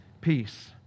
peace